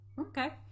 Okay